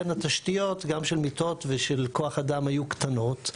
לכן התשתיות גם של מיטות ושל כוח אדם היו קטנות,